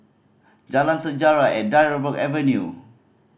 Jalan Sejarah and Dryburgh Avenue